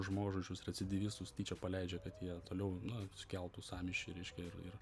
žmogžudžius recidyvistus tyčia paleidžia kad jie toliau nu sukeltų sąmyšį reiškia ir ir